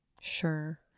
sure